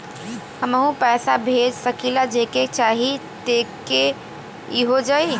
हमहू पैसा भेज सकीला जेके चाही तोके ई हो जाई?